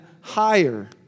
higher